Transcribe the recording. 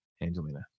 Angelina